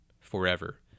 forever